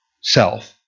Self